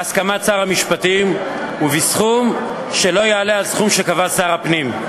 בהסכמת שר המשפטים ובסכום שלא יעלה על סכום שקבע שר הפנים.